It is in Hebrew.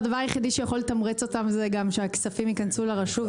הדבר היחידי שיכול לתמרץ אותם זה גם שהכספים יכנסו לרשות,